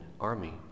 army